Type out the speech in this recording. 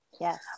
Yes